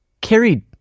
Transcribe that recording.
carried